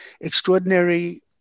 Extraordinary